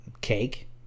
Cake